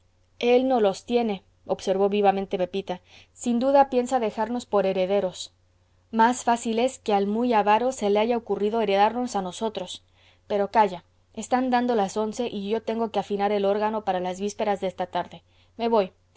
él no los tiene observó vivamente pepita sin duda piensa dejarnos por herederos más fácil es que al muy avaro se le haya ocurrido heredarnos a nosotros pero calla están dando las once y yo tengo que afinar el órgano para las vísperas de esta tarde me voy